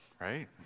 right